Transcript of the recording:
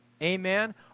Amen